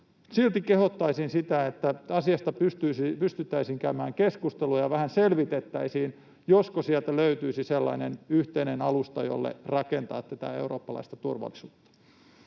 silti kehottaisin siihen, että asiasta pystyttäisiin käymään keskustelua ja vähän selvitettäisiin, josko sieltä löytyisi sellainen yhteinen alusta, jolle rakentaa tätä eurooppalaista turvallisuutta.